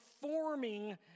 forming